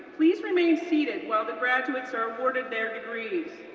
please remain seated while the graduates are awarded their degrees.